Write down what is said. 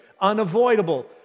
unavoidable